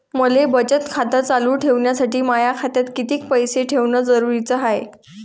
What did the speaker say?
मले बचत खातं चालू ठेवासाठी माया खात्यात कितीक पैसे ठेवण जरुरीच हाय?